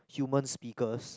human speakers